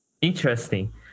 interesting